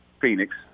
Phoenix